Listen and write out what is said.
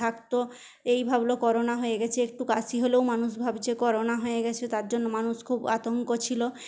থাকত এই ভাবলো করোনা হয়ে গেছে একটু কাশি হলেও মানুষ ভাবছে করোনা হয়ে গেছে তার জন্য মানুষ খুব আতঙ্ক ছিল